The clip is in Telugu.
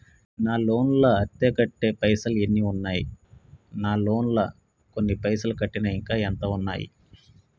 నా లోన్ లా అత్తే కట్టే పైసల్ ఎన్ని ఉన్నాయి నా లోన్ లా కొన్ని పైసల్ కట్టిన ఇంకా ఎంత ఉన్నాయి?